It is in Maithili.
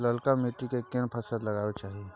ललका माटी में केना फसल लगाबै चाही?